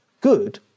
good